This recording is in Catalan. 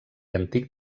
antic